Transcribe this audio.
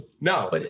no